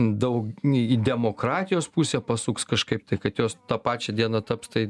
daug į demokratijos pusę pasuks kažkaip tai kad jos tą pačią dieną taps tai